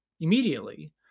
immediately